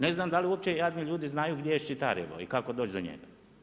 Ne znam da li jadni ljudi znaju gdje je Ščitarjevo i kako doći do njega.